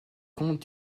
compte